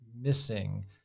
missing